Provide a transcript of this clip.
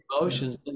emotions